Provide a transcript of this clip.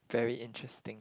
very interesting